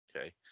okay